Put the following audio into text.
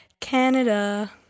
Canada